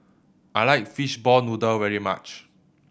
I like fishball noodle very much